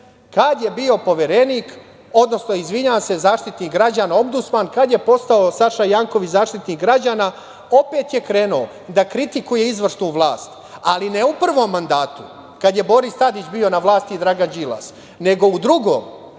Kada je bio poverenik, odnosno izvinjavam se zaštitnik građana, Ombudsman, kada je postao Saša Janković, Zaštitnik građana, opet je krenuo da kritikuje izvršnu vlast, ali ne u prvom mandatu, kada je Boris Tadić bio na vlasti i Dragan Đilas, nego u drugom,